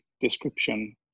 description